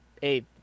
hey